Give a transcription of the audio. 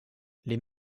les